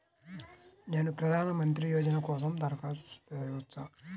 నేను ప్రధాన మంత్రి యోజన కోసం దరఖాస్తు చేయవచ్చా?